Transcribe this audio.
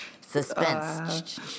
Suspense